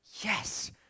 yes